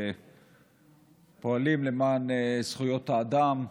שפועלים למען זכויות האדם,